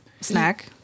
Snack